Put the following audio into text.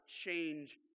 change